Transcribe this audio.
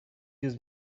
йөз